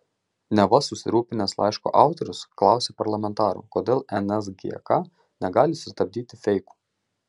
neva susirūpinęs laiško autorius klausė parlamentarų kodėl nsgk negali sustabdyti feikų